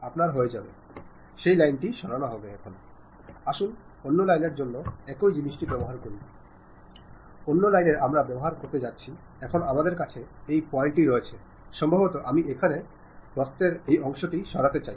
ആശയവിനിമയം വിവിധ ആവശ്യങ്ങൾക്കായി ഉപയോഗിക്കാനും കഴിയും പക്ഷേ നിങ്ങളുടെ ആശയവിനിമയത്തിന്റെ രീതിക്കനുസരിച്ചാണ് നിങ്ങളുടെ വ്യക്തിത്വത്തെ പ്രതീകപ്പെടുത്തുന്നതെന്നും ആശയവിനിമയത്തിൻറെ ഏണിയിലൂടെയാണ് നിങ്ങൾക്ക് വിജയിക്കാൻ കഴിയുകയെന്നും ഓർക്കുക